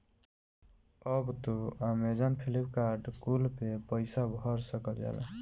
अब तू Amazon, Flipkart कुल पे पईसा भर सकल जाला